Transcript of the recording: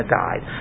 died